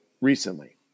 recently